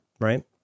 right